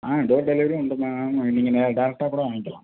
ஆ door டெலிவரியும் உண்டும்மா நீங்கள் நேராக டேரக்டாக கூட வாங்க்கிலாம்